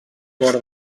cor